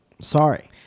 Sorry